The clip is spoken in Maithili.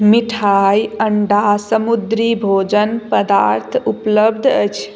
मिठाइ अण्डा समुद्री भोजन पदार्थ उपलब्ध अछि